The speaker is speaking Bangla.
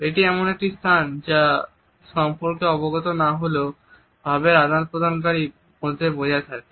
এটি এমন একটি স্থান যা সম্পর্কে অবগত না হয়েও ভাবের আদান প্রদানকারীদের মধ্যে বজায় থাকে